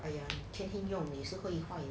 !aiya! 天天用也是会坏